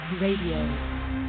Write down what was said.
Radio